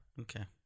Okay